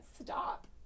stop